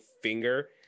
finger